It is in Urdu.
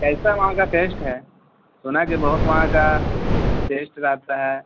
کیسا وہاں کا ٹیسٹ ہے سنا کہ بہت وہاں کا ٹیسٹ رہتا ہے